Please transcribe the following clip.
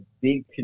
big